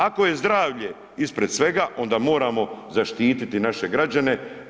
Ako je zdravlje ispred svega onda moramo zaštititi naše građane.